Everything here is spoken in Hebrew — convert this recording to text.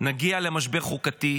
אנחנו כנראה נגיע למשבר חוקתי.